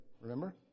remember